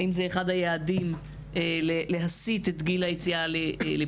האם זה אחד היעדים להסיט את גיל היציאה לפטור?